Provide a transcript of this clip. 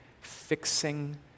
fixing